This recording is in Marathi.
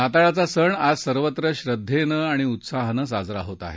नाताळाचा सण आज सर्वत्र श्रद्धेनं आणि उत्साहानं साजरा होत आहे